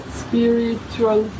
spiritual